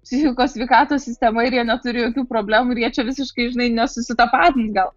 psichikos sveikatos sistema ir jie neturi jokių problemų ir jie čia visiškai žinai nesusitapatins gal